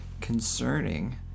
concerning